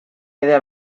idea